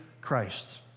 Christ